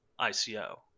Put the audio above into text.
ICO